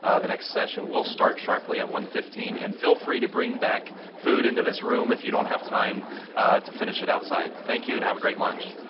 ah the next session will start sharply at one fifteen and feel free to bring back food into this room if you don't have time to finish it outside thank you and have a great lunch.